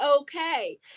okay